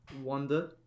wonder